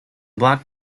black